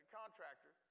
contractor